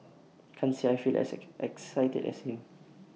can't say I feel as as excited as him